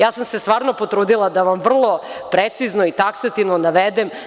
Ja sam se stvarno potrudila da vam vrlo precizno i taksativno navedem.